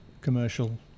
commercial